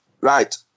Right